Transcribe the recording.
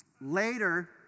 Later